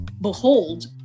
behold